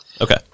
Okay